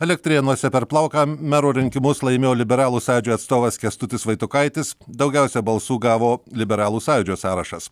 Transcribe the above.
elektrėnuose per plauką mero rinkimus laimėjo liberalų sąjūdžio atstovas kęstutis vaitukaitis daugiausia balsų gavo liberalų sąjūdžio sąrašas